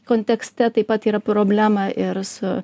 kontekste taip pat yra problema ir su